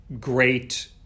great